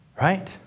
Right